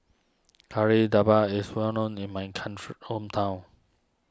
Kari Debal is well known in my country hometown